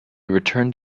returned